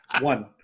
One